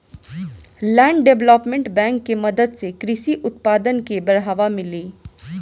land development bank के मदद से कृषि उत्पादन के बढ़ावा मिली